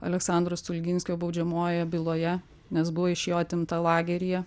aleksandro stulginskio baudžiamojoje byloje nes buvo iš jo atimta lageryje